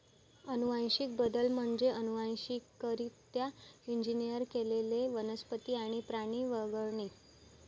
अनुवांशिक बदल म्हणजे अनुवांशिकरित्या इंजिनियर केलेले वनस्पती आणि प्राणी वगळणे